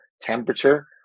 temperature